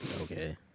Okay